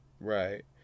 Right